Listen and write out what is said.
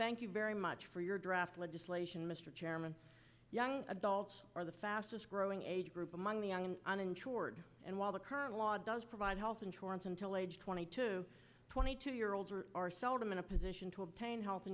thank you very much for your draft legislation mr chairman young adults are the fastest growing age group among the uninsured and while the current law does provide health insurance until age twenty two twenty two year olds are seldom in a position to obtain health